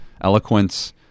eloquence